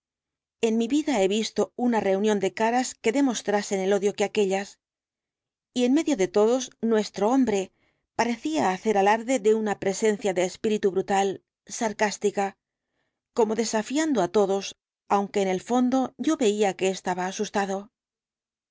en mi vida he visto una reunión de caras que demostrasen el odio que aquéllas y en medio de todos nuestro hombre parecía hacer alarde de una presencia de espíritu brutal sarcástica como desafiando á todos aunque en el fondo yo veía que estaba asustado